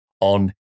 on